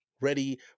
ready